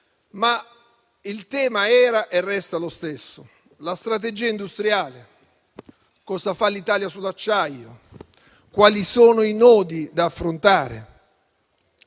Ma il tema era e resta lo stesso: la strategia industriale. Cosa fa l'Italia sull'acciaio? Quali sono i nodi da affrontare?